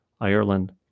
Ireland